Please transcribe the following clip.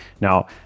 Now